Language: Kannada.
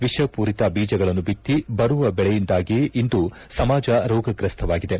ವಿಷಮೂರಿತ ಬೀಜಗಳನ್ನು ಬಿತ್ತಿ ಬರುವ ಬೆಳೆಯಿಂದಾಗಿ ಇಂದು ಸಮಾಜ ರೋಗ್ರಶ್ಥವಾಗಿದೆ